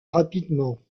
rapidement